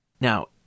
Now